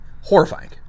Horrifying